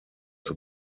zur